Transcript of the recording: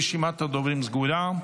רשימת הדוברים סגורה.